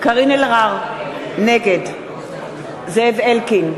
אלהרר, נגד זאב אלקין,